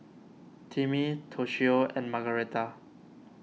Timmy Toshio and Margaretha